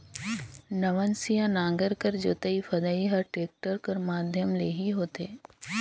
नवनसिया नांगर कर जोतई फदई हर टेक्टर कर माध्यम ले ही होथे